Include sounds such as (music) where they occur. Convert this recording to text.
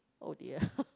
oh dear (noise)